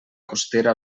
costera